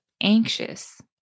anxious